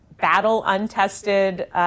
battle-untested